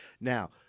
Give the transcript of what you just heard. Now